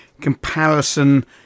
comparison